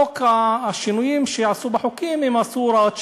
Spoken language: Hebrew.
את השינויים שעשו בחוקים הם עשו הוראת שעה.